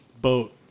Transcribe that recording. boat